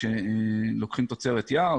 כשלוקחים תוצרת יער,